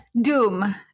Doom